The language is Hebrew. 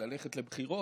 ללכת לבחירות?